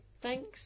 Thanks